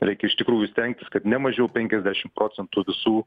reikia iš tikrųjų stengtis kad ne mažiau penkiasdešim procentų visų